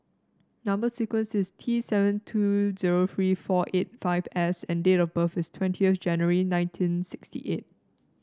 number sequence is T seven two zero three four eight five S and date of birth is twentieth January nineteen sixty eight